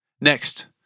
Next